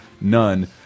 None